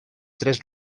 tres